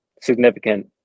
significant